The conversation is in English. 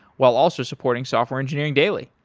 while also supporting software engineering daily.